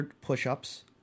push-ups